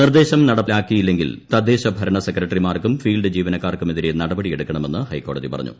നിർദ്ദേശം നടപ്പാക്കിയില്ലെങ്കിൽ തദ്ദേശ ഭരണ സെക്രട്ടറിമാർക്കും ഫീൽഡ് ജീവനക്കാർക്കുമെതിരെ നടപടി എടുക്കണമെന്ന് ഹൈക്കോടതി പറഞ്ഞു